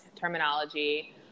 terminology